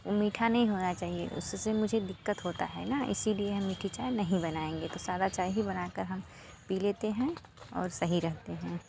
मीठा नहीं होना चाहिए उससे मुझे दिक्कत होता है न इसलिए हम मीठी चाय नहीं बनाएंगे तो सादा चाय ही बनाकर हम पी लेते हैं और सही रहते हैं